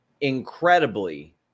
incredibly